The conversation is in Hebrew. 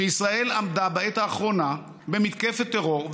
שישראל עמדה בעת האחרונה במתקפת טרור,